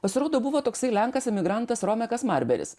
pasirodo buvo toksai lenkas emigrantas rome kasmarberis